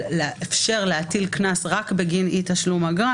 אבל לאפשר להטיל קנס רק בגין אי-תשלום אגרה?